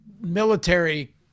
military